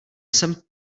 jsem